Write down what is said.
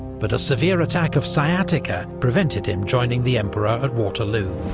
but a severe attack of sciatica prevented him joining the emperor at waterloo.